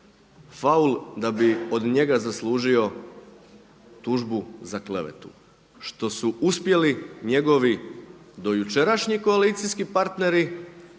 faul da bi od njega zaslužio tužbu za klevetu, što su uspjeli njegovi dojučerašnji koalicijski partneri